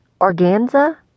Organza